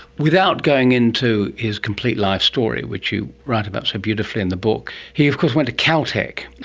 without going into his complete life story, which you write about so beautifully in the book, he of course went to caltech,